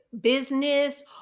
business